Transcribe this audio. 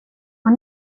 och